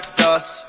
dust